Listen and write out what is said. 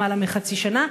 לפני יותר מחצי שנה,